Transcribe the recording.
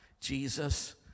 Jesus